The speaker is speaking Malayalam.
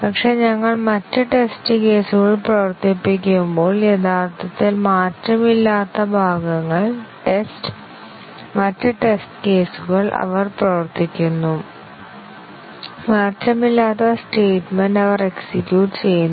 പക്ഷേ ഞങ്ങൾ മറ്റ് ടെസ്റ്റ് കേസുകൾ പ്രവർത്തിപ്പിക്കുമ്പോൾ യഥാർത്ഥത്തിൽ മാറ്റമില്ലാത്ത ഭാഗങ്ങൾ ടെസ്റ്റ് മറ്റ് ടെസ്റ്റ് കേസുകൾ അവർ പ്രവർത്തിക്കുന്നു മാറ്റമില്ലാത്ത സ്റ്റേറ്റ്മെൻറ് അവർ എക്സിക്യൂട്ട് ചെയ്യുന്നു